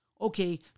okay